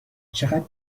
چقد